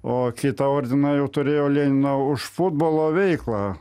o kitą ordiną jau turėjo leniną už futbolo veiklą